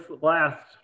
last